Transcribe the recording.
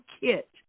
kit